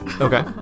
Okay